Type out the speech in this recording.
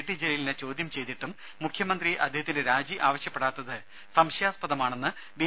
T ജലീലിനെ ചോദ്യം ചെയ്തിട്ടും മുഖ്യമന്ത്രി അദ്ദേഹത്തിന്റെ രാജി ആവശ്യപ്പെടാത്തത് സംശയാസ്പദമാണെന്ന് ബി